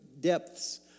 depths